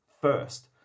first